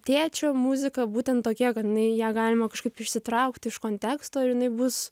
tėčio muzika būtent tokia kad jinai ją galima kažkaip išsitraukti iš konteksto ir jinai bus